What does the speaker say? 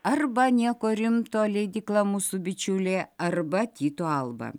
arba nieko rimto leidykla mūsų bičiulė arba tyto alba